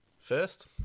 First